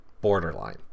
Borderline